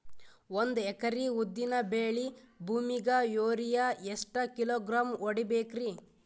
ಒಂದ್ ಎಕರಿ ಉದ್ದಿನ ಬೇಳಿ ಭೂಮಿಗ ಯೋರಿಯ ಎಷ್ಟ ಕಿಲೋಗ್ರಾಂ ಹೊಡೀಬೇಕ್ರಿ?